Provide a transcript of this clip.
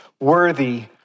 worthy